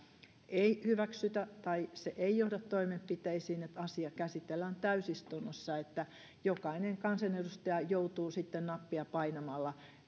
ei hyväksytä tai että se ei johda toimenpiteisiin asia käsitellään täysistunnossa ja jokainen kansanedustaja joutuu sitten nappia painamalla